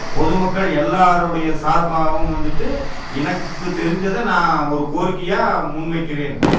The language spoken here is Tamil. பொதுமக்கள் எல்லோருடைய சார்பாகவும் வந்துவிட்டு எனக்கு தெரிஞ்சதை நான் ஒரு கோரிக்கையாக முன் வைக்கிறேன்